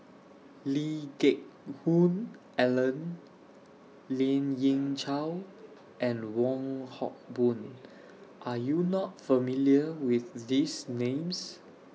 Lee Geck Hoon Ellen Lien Ying Chow and Wong Hock Boon Are YOU not familiar with These Names